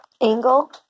Angle